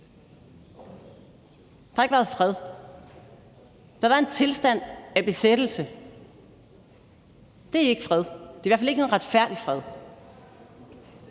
der har ikke været fred. Der har været en tilstand af besættelse. Det er ikke fred. Det er i hvert fald ikke nogen retfærdig fred.